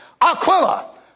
Aquila